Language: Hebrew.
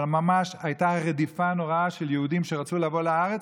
אבל ממש הייתה רדיפה נוראה של יהודים שרצו לבוא לארץ